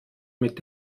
mit